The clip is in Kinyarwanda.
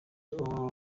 all